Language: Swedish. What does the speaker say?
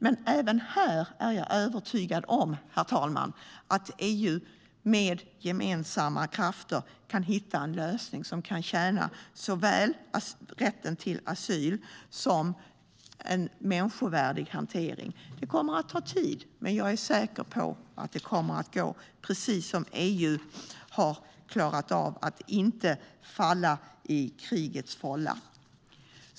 Men även här är jag övertygad om att EU med gemensamma krafter kan hitta en lösning som kan tjäna såväl rätten till asyl som en människovärdig hantering väl, herr talman. Det kommer att ta tid, men jag är säker på att det kommer att gå - precis som EU har klarat att inte falla in i krigets fålla.